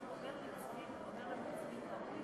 נקודת המוצא שלכם חשובה לנו,